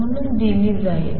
म्हणून दिली जाईल